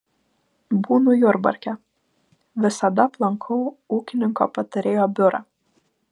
būnu jurbarke visada aplankau ūkininko patarėjo biurą